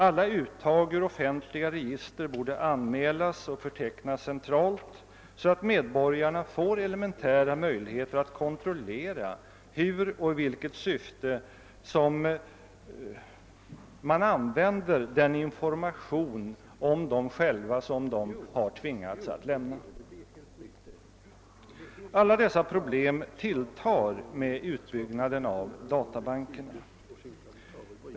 Alla uttag ur offentliga register borde anmälas och förtecknas centralt, så att medborgarna får elementära möjligheter att kontrollera hur och i vilket syfte den information om dem själva används som de har tvingats att lämna. Alla dessa problem tilltar med utbyggnaden av databankerna.